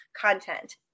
content